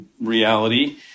reality